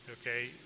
Okay